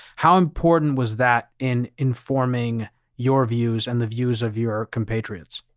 how important was that in informing your views and the views of your compatriots?